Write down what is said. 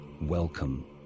welcome